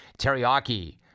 teriyaki